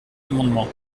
l’amendement